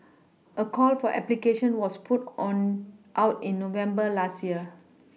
a call for application was put on out in November last year